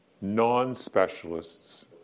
non-specialists